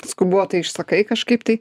skubotai išsakai kažkaip tai